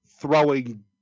throwing